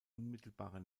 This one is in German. unmittelbarer